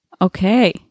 Okay